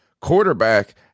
quarterback